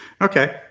Okay